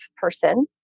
person